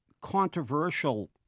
controversial